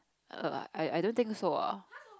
err I I don't think so ah